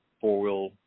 four-wheel